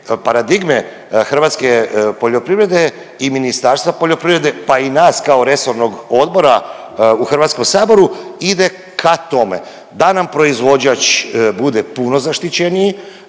paradigme hrvatske poljoprivrede i Ministarstva poljoprivrede, pa i nas kao resornog odbora u HS ide ka tome da nam proizvođač bude puno zaštićeniji,